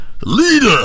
leader